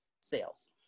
sales